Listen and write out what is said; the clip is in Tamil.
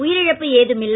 உயிரிழப்பு ஏதுமில்லை